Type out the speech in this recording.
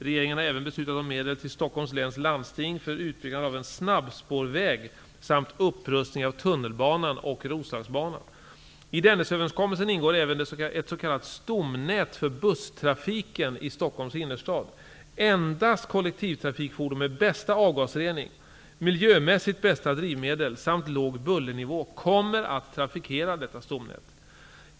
Regeringen har även beslutat om medel till Stockholms läns landsting för utbyggnad av en snabbspårväg samt upprustning av tunnelbanan och Roslagsbanan. Endast kollektivtrafikfordon med bästa avgasrening, miljömässigt bästa drivmedel samt låg bullernivå kommer att trafikera stomnätet.